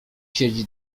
siedzi